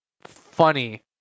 funny